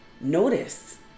notice